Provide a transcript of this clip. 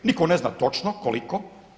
Nitko ne zna točno koliko.